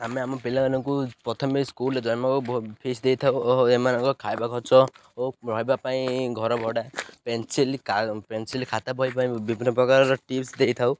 ଆମେ ଆମ ପିଲାମାନଙ୍କୁ ପ୍ରଥମେ ସ୍କୁଲରେ ଜନ୍ମ ଫିସ୍ ଦେଇଥାଉ ଓ ଏମାନଙ୍କ ଖାଇବା ଖର୍ଚ୍ଚ ଓ ରହିବା ପାଇଁ ଘର ଭଡ଼ା ପେନ୍ସିଲ୍ ପେନ୍ସିଲ୍ ଖାତା ବହି ପାଇଁ ବିଭିନ୍ନ ପ୍ରକାରର ଟିପ୍ସ ଦେଇଥାଉ